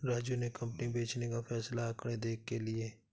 राजू ने कंपनी बेचने का फैसला आंकड़े देख के लिए